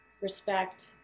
respect